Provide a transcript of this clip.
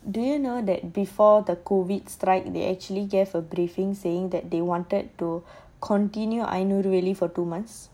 do you know that before the COVID strike they actually gave a briefing saying that they wanted to continue earning for two months